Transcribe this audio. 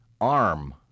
arm